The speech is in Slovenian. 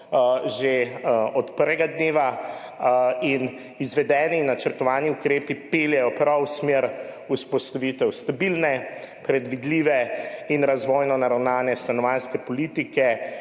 že od prvega dneva. Izvedeni in načrtovani ukrepi peljejo prav v smer vzpostavitev stabilne, predvidljive in razvojno naravnane stanovanjske politike,